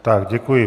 Tak děkuji.